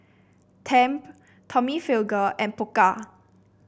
Tempt Tommy Hilfiger and Pokka